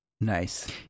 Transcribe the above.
Nice